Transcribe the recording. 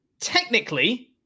technically